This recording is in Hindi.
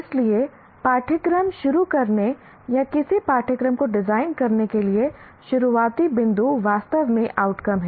इसलिए पाठ्यक्रम शुरू करने या किसी कार्यक्रम को डिजाइन करने के लिए शुरुआती बिंदु वास्तव में आउटकम हैं